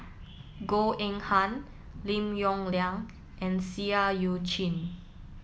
Goh Eng Han Lim Yong Liang and Seah Eu Chin